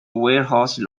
warehouse